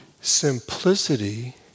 Simplicity